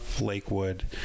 Lakewood